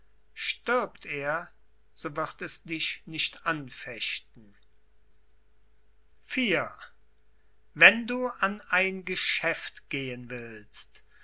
stirbt er so wird es dich nicht anfechten wie man die fassung behauptet iv wenn du an ein geschäft gehen willst